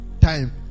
time